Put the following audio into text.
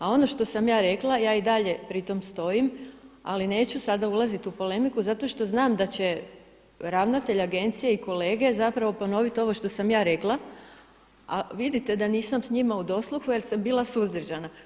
A ono što sam ja rekla, ja i dalje pri tome stojim ali neću sada ulaziti u polemiku zato što znam da će ravnatelj agencije i kolege zapravo ponoviti ovo što sam ja rekla a vidite da nisam sa njima u dosluhu jer sam bila suzdržana.